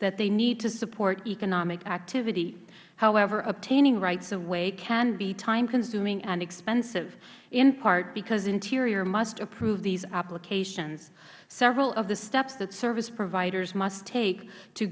that they need to support economic activity however obtaining rights of way can be timeconsuming and expensive in part because interior must approve these applications several of the steps that service providers must take to